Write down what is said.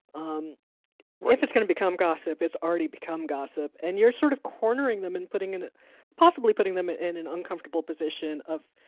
um if it's going to become gossip, it's already become gossip and you're sort of cornering them and putting in possibly putting them in an uncomfortable position of,